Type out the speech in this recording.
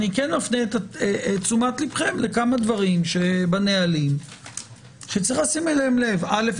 אני כן מפנה תשומת לבכם לכמה דברים בנהלים שיש לשים אליהם לב אל"ף,